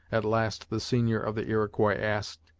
at last the senior of the iroquois asked,